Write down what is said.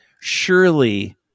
surely